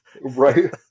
Right